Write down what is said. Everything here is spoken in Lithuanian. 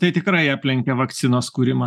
tai tikrai aplenkia vakcinos kūrimą